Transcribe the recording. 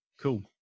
cool